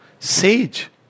sage